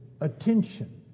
attention